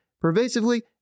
pervasively